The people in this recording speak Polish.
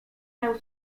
miał